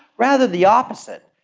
rather the opposite.